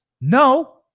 No